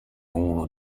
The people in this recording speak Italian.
uno